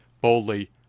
boldly